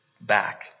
back